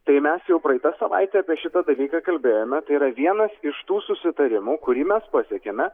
tai mes jau praeitą savaitę apie šitą dalyką kalbėjome tai yra vienas iš tų susitarimų kurį mes pasiekėme